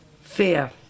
Fear